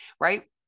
right